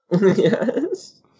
Yes